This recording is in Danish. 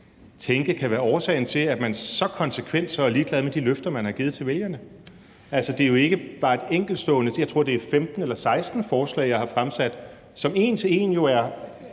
tænke kan være årsagen til, at man så konsekvent er ligeglad med de løfter, man har givet til vælgerne? Altså, det er jo ikke bare et enkeltstående forslag, jeg tror, det er 15 eller 16 forslag, jeg har fremsat, som en til en er